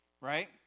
Right